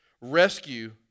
rescue